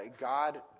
God